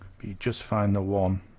you just find the one